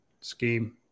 Scheme